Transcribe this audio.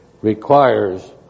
requires